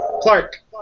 Clark